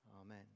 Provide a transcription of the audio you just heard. amen